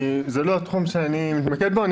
זה לא התחום שאני מתמקד בו.